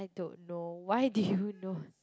I don't know why do you know